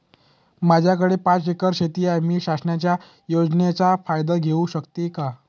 माझ्याकडे पाच एकर शेती आहे, मी शासनाच्या योजनेचा फायदा घेऊ शकते का?